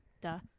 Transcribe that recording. duh